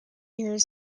years